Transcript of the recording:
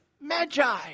magi